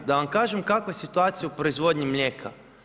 Da vam kažem kakva je situacija u proizvodnji mlijeka.